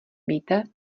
víte